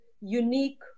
unique